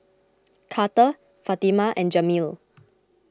Karter Fatima and Jameel